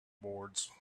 boards